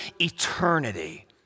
eternity